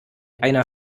einer